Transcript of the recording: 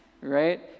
Right